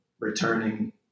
returning